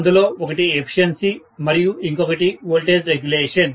అందులో ఒకటి ఎఫిషియెన్సీ మరియు ఇంకొకటి వోల్టేజ్ రెగ్యులేషన్